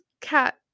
cat